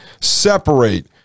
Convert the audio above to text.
separate